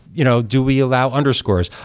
you know do we allow underscores?